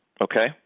Okay